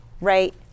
right